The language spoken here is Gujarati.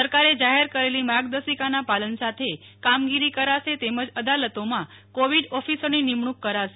સરકારે જાહેર કરેલી માર્ગદર્શિકાના પાલન સાથે કામગીરી કરાશે તેમજ અદાલતોમાં કોવિડ ઓફિસરની નિમણૂક કરાશે